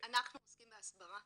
אנחנו עוסקים בהסברה.